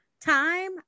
time